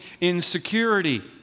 insecurity